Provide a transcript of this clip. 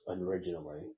originally